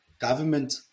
government-